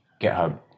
GitHub